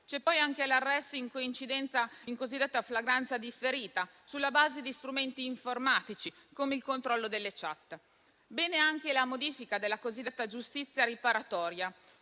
è poi anche l'arresto in cosiddetta flagranza differita, sulla base di strumenti informatici come il controllo delle *chat.* Bene anche la modifica della cosiddetta giustizia riparatoria,